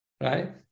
right